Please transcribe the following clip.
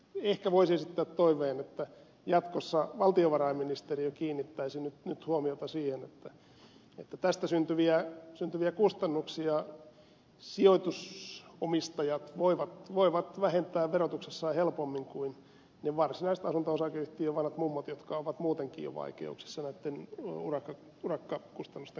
ehkä voisi esittää toiveen että jatkossa valtiovarainministeriö kiinnittäisi nyt huomiota siihen että tästä syntyviä kustannuksia sijoitusomistajat voivat vähentää verotuksessaan helpommin kuin ne varsinaiset asunto osakeyhtiön vanhat mummot jotka ovat muutenkin jo vaikeuksissa näitten urakkakustannusten kanssa